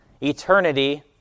eternity